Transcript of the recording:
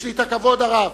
יש לי הכבוד הרב,